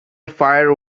fire